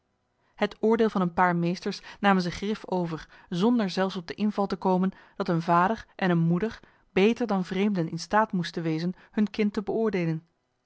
het oordeel van een paar meesters namen ze grif over zonder zelfs op de inval te komen dat een vader en een moeder beter dan vreemden in staat moesten wezen hun kind te beoordeelen